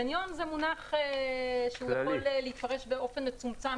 חניון זה מונח שיכול להתפרש באופן מצומצם